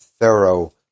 thorough